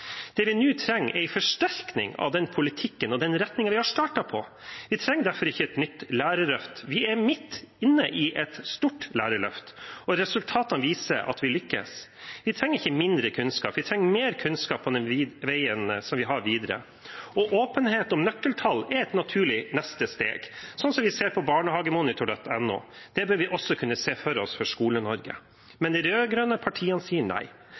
Det vi nå trenger, er en forsterkning av den politikken og retningen vi har startet på. Vi trenger derfor ikke et nytt lærerløft. Vi er midt inne i et stort lærerløft, og resultatene viser at vi lykkes. Vi trenger ikke mindre kunnskap; vi trenger mer kunnskap på den veien vi har videre. Åpenhet om nøkkeltall er et naturlig neste steg, sånn som vi ser på barnehagemonitor.no. Det bør vi også kunne se for oss for Skole-Norge. Men de rød-grønne partiene sier nei.